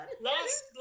Last